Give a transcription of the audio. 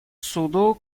суду